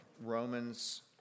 Romans